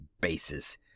bases